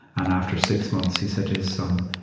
and after six months, he said to his son,